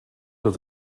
dat